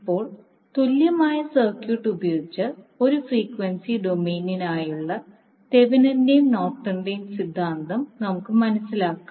ഇപ്പോൾ തുല്യമായ സർക്യൂട്ട് ഉപയോഗിച്ച് ഒരു ഫ്രീക്വൻസി ഡൊമെയ്നിനായുള്ള തെവെനിന്റെയുംThevinin's നോർട്ടന്റെയും Norton's സിദ്ധാന്തം നമുക്ക് മനസ്സിലാക്കാം